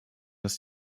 dass